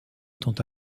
tente